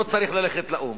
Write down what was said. לא צריך ללכת לאו"ם.